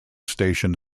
station